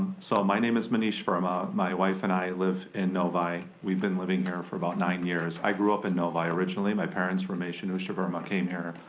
so my name is monish verma. my wife and i live in novi. we've been living here for about nine years. i grew up in novi originally. my parents, ramesh and usha verma came here.